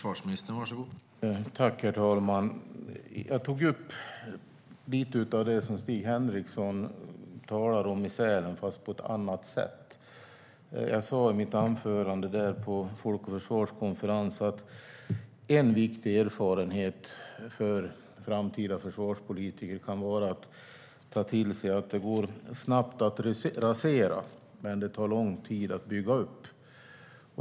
Herr talman! I Sälen tog jag upp lite av det som Stig Henriksson talade om, fast på ett annat sätt. Jag sa i mitt anförande på Folk och Försvars konferens att en viktig erfarenhet för framtida försvarspolitiker kan vara att ta till sig att det går snabbt att rasera, men det tar lång tid att bygga upp.